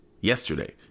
yesterday